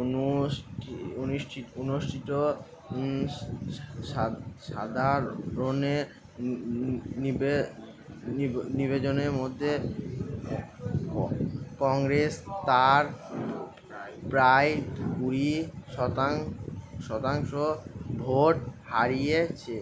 অনুসষ্ঠি অনিষ্ঠি অনুষ্ঠিত সাধারণের নিব্যা নিব নির্বাচনের মধ্যে কংগ্রেস তার প্রায় কুড়ি শতাং শতাংশ ভোট হারিয়েছে